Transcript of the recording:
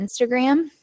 Instagram